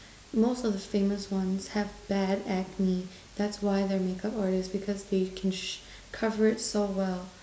most of the famous ones have bad acne that's why they're makeup artists because they can sh~ cover it so well